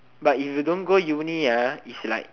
but if you don't go uni ah it's like